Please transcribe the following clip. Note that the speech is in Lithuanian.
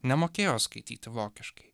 nemokėjo skaityti vokiškai